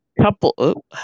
couple